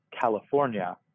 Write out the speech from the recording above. California